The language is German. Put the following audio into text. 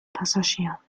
passagier